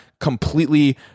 completely